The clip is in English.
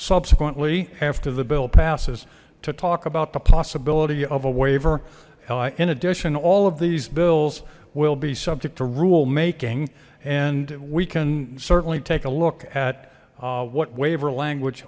subsequently after the bill passes to talk about the possibility of a waiver in addition all of these bills we'll be subject to rulemaking and we can certainly take a look at what waiver language